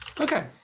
Okay